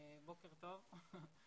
בוקר טוב.